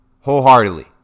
wholeheartedly